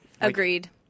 Agreed